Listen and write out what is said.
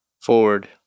forward